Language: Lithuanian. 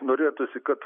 norėtųsi kad